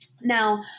Now